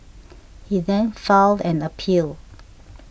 he then filed an appeal